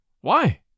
Why